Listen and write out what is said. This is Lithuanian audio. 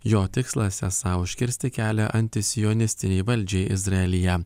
jo tikslas esą užkirsti kelią antisionistinei valdžiai izraelyje